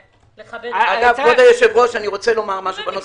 כבוד היושב-ראש, אני רוצה לומר משהו בנושא הזה.